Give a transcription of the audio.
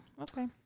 Okay